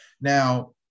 Now